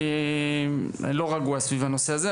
אני לא רגוע בנושא זה.